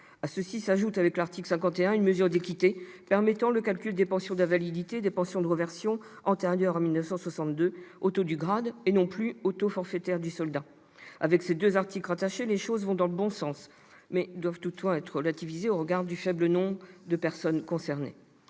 À cela s'ajoute, avec l'article 51, une mesure d'équité permettant le calcul des pensions d'invalidité et des pensions de réversion antérieures à 1962 au taux du grade, et non plus au taux forfaitaire du soldat. Avec ces deux articles rattachés, les choses vont dans le bon sens, mais doivent toutefois être relativisées au regard du faible nombre de personnes concernées.